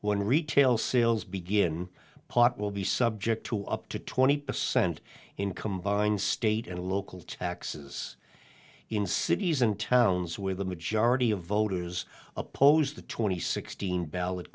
when retail sales begin pot will be subject to up to twenty percent in combined state and local taxes in cities and towns where the majority of voters oppose the twenty sixteen bal